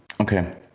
Okay